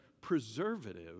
preservative